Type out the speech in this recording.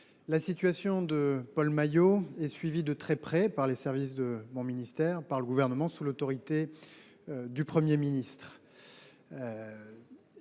la situation de Paul Maillot est suivie de très près par les services de mon ministère et par le Gouvernement tout entier, sous l’autorité du Premier ministre.